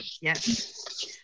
Yes